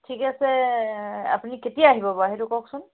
ঠিকে আছে আপুনি কেতিয়া আহিব বাৰু সেইটো কওকচোন